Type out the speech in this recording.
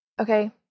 Okay